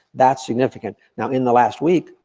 that's significant. now in the last week,